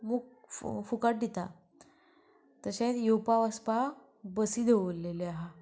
book फुकट दिता तशेंच येवपा वचपाक बसी दवरलेली आहा